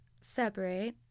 Separate